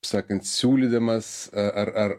sakant siūlydamas ar ar